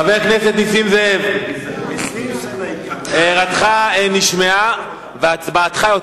חבר הכנסת נסים זאב, הערתך נשמעה והצבעתך התקבלה.